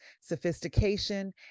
sophistication